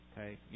Okay